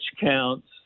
counts